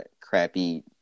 crappy